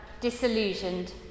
disillusioned